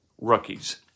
rookies